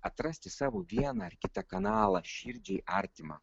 atrasti savo vieną ar kitą kanalą širdžiai artimą